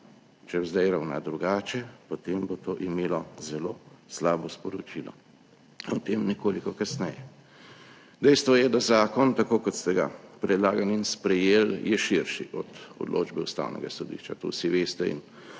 Če zdaj ravna drugače, potem bo to imelo zelo slabo sporočilo. O tem nekoliko kasneje. Dejstvo je, da zakon, tako kot ste ga predlagali in sprejeli, je širši od odločbe Ustavnega sodišča, to vsi veste in